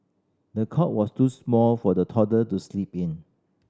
the cot was too small for the toddler to sleep in